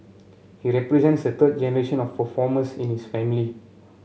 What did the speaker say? he represents the third generation of performers in his family